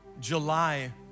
July